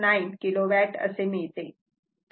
0669 kilowatt असे मिळते